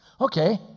Okay